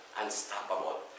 unstoppable